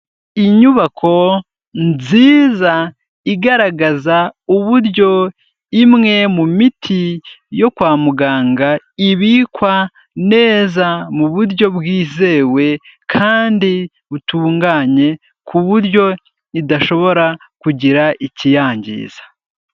Inyubako nziza igaragaza uburyo imwe mu miti yo kwa muganga ibikwa neza, mu buryo bwizewe kandi butunganye ku buryo idashobora kugira ikiyangiza.